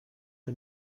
que